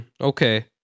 Okay